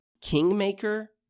Kingmaker